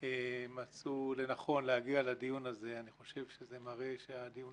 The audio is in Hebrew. מצאו לנכון להגיע לדיון הזה אני חושב שזה מראה שהדיון